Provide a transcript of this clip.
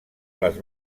les